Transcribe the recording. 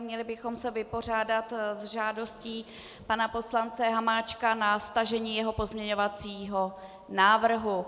Měli bychom se vypořádat s žádostí pana poslance Hamáčka na stažení jeho pozměňovacího návrhu.